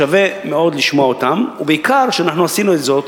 שווה מאוד לשמוע אותם, ובעיקר שעשינו זאת.